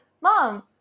mom